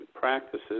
practices